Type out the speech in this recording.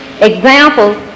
examples